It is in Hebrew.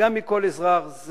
גם מכל אזרח,